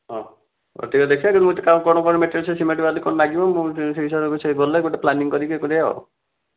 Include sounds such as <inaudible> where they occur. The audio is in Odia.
ହଁ ଟିକିଏ ଦେଖିବା <unintelligible> ସିମେଣ୍ଟ ବାଲି କ'ଣ ଲାଗିବ <unintelligible> ସେ ଗଲେ ଗୋଟେ ପ୍ଲାନିଂ କରିକି ଇଏ କରିବା ଆଉ